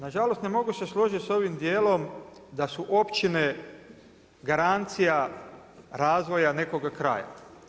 Nažalost ne mogu se složiti sa ovim dijelom da su općine garancija razvoja nekoga kraja.